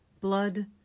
blood